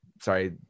sorry